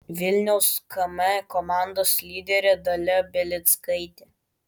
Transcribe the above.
vilniaus km komandos lyderė dalia belickaitė